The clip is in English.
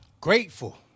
Grateful